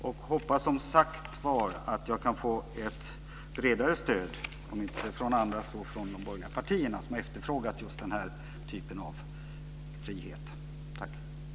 Jag hoppas, som sagt, att jag kan få ett bredare stöd, om inte från de andra så från de borgerliga partierna som har efterfrågat just den här typen av frihet.